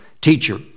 teacher